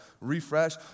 refresh